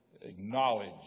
acknowledge